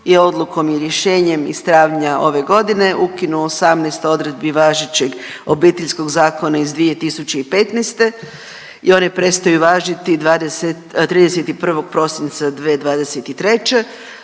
je odlukom i rješenjem iz travnja ove godine ukinuo 18 odredbi važećeg Obiteljskog zakona iz 2015. i one prestaju važiti 31. prosinca 2023.